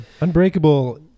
Unbreakable